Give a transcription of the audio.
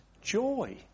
joy